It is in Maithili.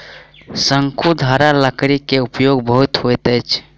शंकुधारी लकड़ी के उपयोग बहुत होइत अछि